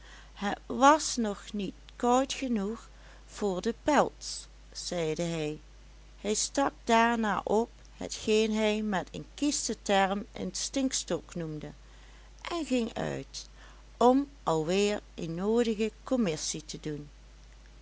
het was nog niet koud genoeg voor de pels zeide hij hij stak daarna op hetgeen hij met een kieschen term een stinkstok noemde en ging uit om alweer een noodige commissie te doen